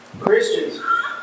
Christians